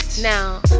Now